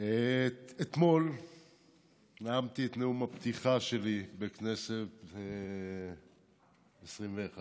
אתמול נאמתי את נאום הפתיחה שלי בכנסת העשרים-ואחת